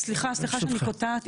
סליחה שאני קוטעת,